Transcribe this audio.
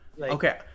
Okay